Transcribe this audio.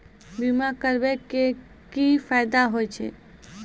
बीमा करबै के की फायदा होय छै?